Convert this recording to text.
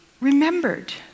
remembered